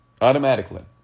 automatically